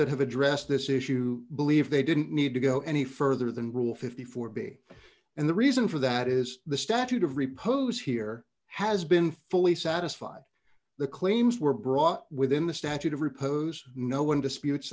that have addressed this issue believe they didn't need to go any further than rule fifty four b and the reason for that is the statute of repose here has been fully satisfied the claims were brought within the statute of repose no one disputes